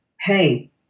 Hey